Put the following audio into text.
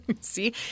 See